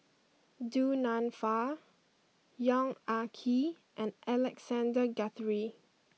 Du Nanfa Yong Ah Kee and Alexander Guthrie